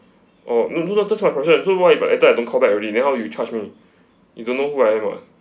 oh no no no that's why I have a question so what if later I don't call back already then how do you charge me you don't know where I was